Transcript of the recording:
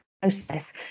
process